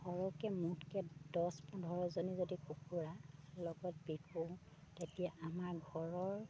সৰহকৈ মুঠকে দছ পোন্ধৰজনী যদি কুকুৰা লগত বিকো তেতিয়া আমাৰ ঘৰৰ